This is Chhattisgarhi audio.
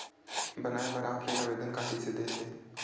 बनाये बर ऑफलाइन आवेदन का कइसे दे थे?